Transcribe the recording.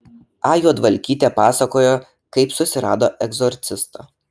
a juodvalkytė pasakojo kaip susirado egzorcistą